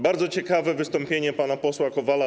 Bardzo ciekawe było wystąpienie pana posła Kowala.